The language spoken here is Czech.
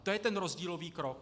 To je ten rozdílový krok.